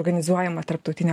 organizuojamą tarptautinę